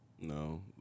No